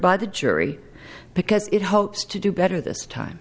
by the jury because it hopes to do better this time